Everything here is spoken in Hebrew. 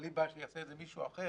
אבל אני רוצה שיעשה את זה מישהו אחר,